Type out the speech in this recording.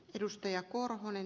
arvoisa puhemies